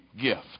gift